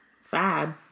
sad